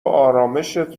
آرامِشت